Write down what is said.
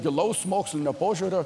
gilaus mokslinio požiūrio